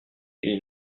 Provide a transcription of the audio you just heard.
ils